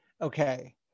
Okay